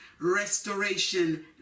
restoration